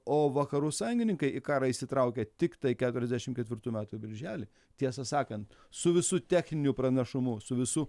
o vakarų sąjungininkai į karą įsitraukė tiktai keturiasdešim ketvirtų metų birželį tiesą sakant su visu techniniu pranašumu su visu